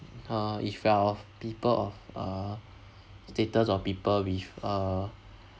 uh it felt people of uh status on people with uh